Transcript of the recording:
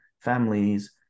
families